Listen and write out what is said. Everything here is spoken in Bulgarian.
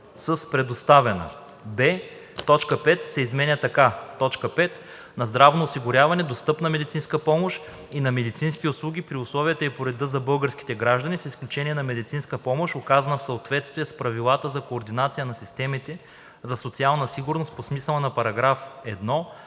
с „предоставена“; б) точка 5 се изменя така: „5. на здравно осигуряване, достъпна медицинска помощ и на медицински услуги при условията и по реда за българските граждани, с изключение на медицинска помощ, оказана в съответствие с правилата за координация на системите за социална сигурност по смисъла на § 1,